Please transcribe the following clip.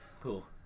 Cool